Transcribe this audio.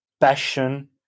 passion